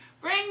bring